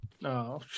No